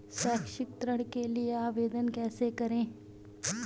शैक्षिक ऋण के लिए आवेदन कैसे करें?